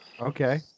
Okay